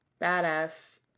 badass